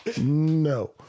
No